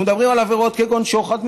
אנחנו מדברים על עבירות כגון שוחד,